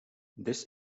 this